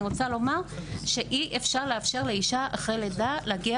אני רוצה לומר שאי-אפשר לאפשר לאישה אחרי לידה להגיע